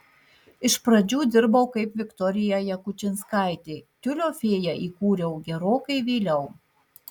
iš pradžių dirbau kaip viktorija jakučinskaitė tiulio fėją įkūriau gerokai vėliau